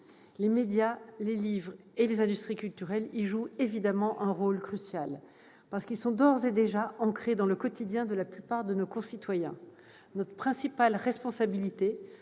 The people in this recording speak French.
Les médias, les livres et les industries culturelles y jouent évidemment un rôle crucial, parce qu'ils sont, d'ores et déjà, ancrés dans le quotidien de la plupart de nos concitoyens. À l'heure du numérique